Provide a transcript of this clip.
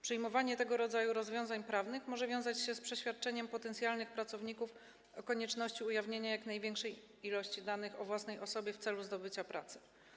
Przyjmowanie tego rodzaju rozwiązań prawnych może łączyć się z przeświadczeniem potencjalnych pracowników o konieczności ujawnienia jak największej ilości danych o sobie w celu zdobycia pracy.